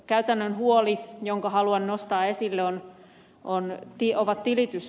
käytännön huoli jonka haluan nostaa esille ovat tilitysajat